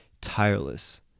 Tireless